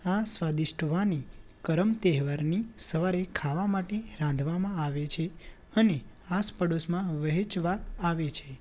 આ સ્વાદિષ્ટ વાની કરમ તહેવારની સવારે ખાવા માટે રાંધવામાં આવે છે અને આસપડોશમાં વહેંચવા આવે છે